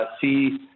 see